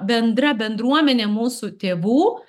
bendra bendruomenė mūsų tėvų